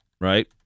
right